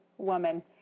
woman